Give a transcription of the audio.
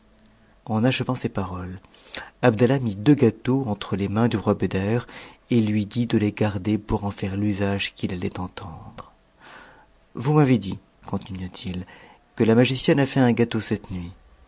en achevant ces paroles abdallah mit deux gâteaux entre les mains du roi beder et lui dit de les garder pour en faire l'usage qu'il allait entendre vous m'avez dit continua-t-il que la magicienne a fait un gâteau cette nuit